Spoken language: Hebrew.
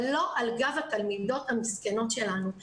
אבל לא על גב התלמידות המסכנות שלנו.